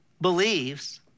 believes